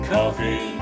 Coffee